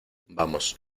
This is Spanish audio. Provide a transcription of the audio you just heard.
vamos